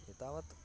एतावत्